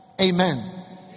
Amen